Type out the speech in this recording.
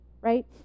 right